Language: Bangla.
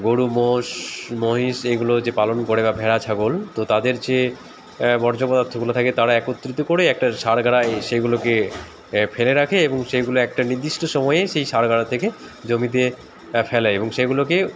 গরু মোষ মহিষ এগুলো যে পালন করে বা ভেড়া ছাগল তো তাদের যে বর্জ্য পদার্থগুলো থাকে তারা একত্রিত করে একটা সারগাড়ায় সেইগুলোকে ফেলে রাখে এবং সেইগুলো একটা নির্দিষ্ট সময়ে সেই সারগাড়া থেকে জমিতে ফেলে এবং সেগুলোকে